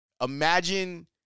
Imagine